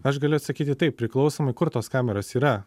aš galiu atsakyti taip priklausomai kur tos kameros yra